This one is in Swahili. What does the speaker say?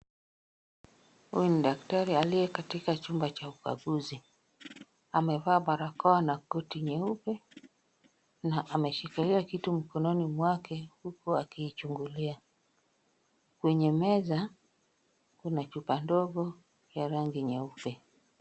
Huyu ni daktari aliye katika chumba cha ukaguzi, amevaa barakoa na koti nyeupe na ameshikilia kitu mkononi mwake huku akiichungulia. Kwenye meza kuna chupa ndogo ya rangi nyeupe.